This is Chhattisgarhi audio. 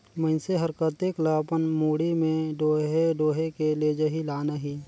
मइनसे हर कतेक ल अपन मुड़ी में डोएह डोएह के लेजही लानही